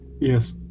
Yes